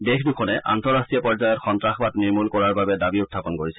দেশ দুখনে আন্তঃৰাষ্ট্ৰীয় পৰ্যায়ত সন্তাসবাদ নিৰ্মূল কৰাৰ বাবে দাবী উখাপন কৰিছে